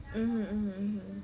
mm mmhmm